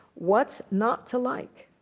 what's not to like?